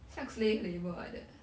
像 slave labour like that eh